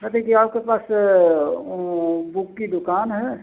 कहे थे कि आपके पास वो बुक की दुकान है